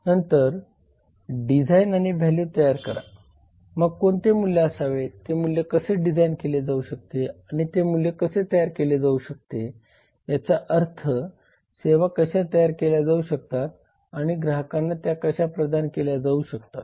नंतर डिझाइन आणि व्हॅल्यू तयार करा मग कोणते मूल्य असावे ते मूल्य कसे डिझाइन केले जाऊ शकते आणि ते मूल्य कसे तयार केले जाऊ शकते याचा अर्थ सेवा कशा तयार केल्या जाऊ शकतात आणि ग्राहकांना त्या कशा प्रदान केल्या जाऊ शकतात